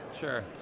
Sure